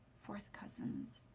fourth cousins.